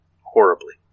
horribly